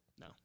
No